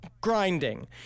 grinding